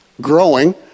Growing